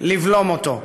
לבלום אותו.